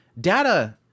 data